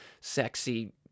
sexy